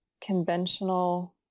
conventional